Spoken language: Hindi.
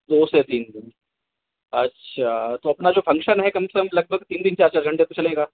दो से तीन दिन अच्छा तो अपना जो फंग्शन है कम से कम लगभग तीन दिन चार चार घंटे तो चलेगा